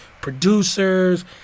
producers